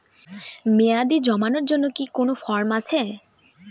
মেয়াদী জমানোর জন্য কি কোন ফর্ম আছে?